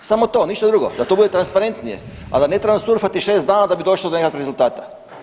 Samo to, ništa drugo, da to bude transparentnije, a ne da trebam surfati šest dana da bi došao do nekakvih rezultata.